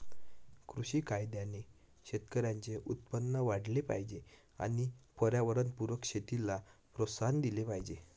कृषी कायद्याने शेतकऱ्यांचे उत्पन्न वाढले पाहिजे आणि पर्यावरणपूरक शेतीला प्रोत्साहन दिले पाहिजे